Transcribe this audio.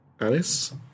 Alice